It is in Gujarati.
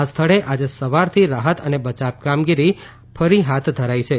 આ સ્થળે આજે સવારથી રાહત અને બચાવ કામગીરી ફરી હાથ ધરાઇ છે